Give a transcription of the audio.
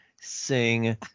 sing